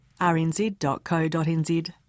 rnz.co.nz